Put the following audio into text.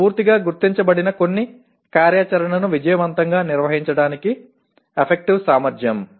ఇది పూర్తిగా గుర్తించబడిన కొన్ని కార్యాచరణను విజయవంతంగా నిర్వహించడానికి ఎఫేక్టివ్ సామర్ధ్యం